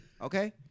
Okay